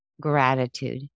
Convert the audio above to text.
gratitude